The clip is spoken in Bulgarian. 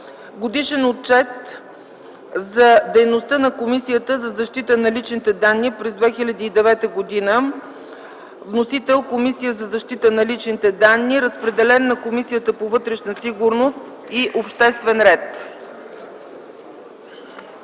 Годишен отчет за дейността на Комисията за защита на личните данни през 2009 г. Вносител е Комисията за защита на личните данни. Разпределен е на Комисията по вътрешна сигурност и обществен ред.